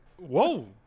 whoa